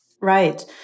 Right